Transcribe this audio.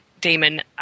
Damon